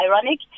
ironic